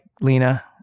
Lena